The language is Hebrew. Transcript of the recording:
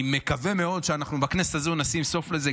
אני מקווה מאוד שאנחנו בכנסת הזו נשים סוף לזה,